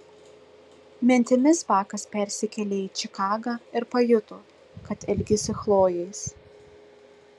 mintimis bakas persikėlė į čikagą ir pajuto kad ilgisi chlojės